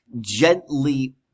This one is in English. gently